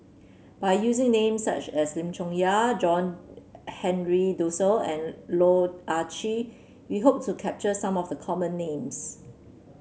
by using names such as Lim Chong Yah John Henry Duclos and Loh Ah Chee we hope to capture some of the common names